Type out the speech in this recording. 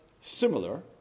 similar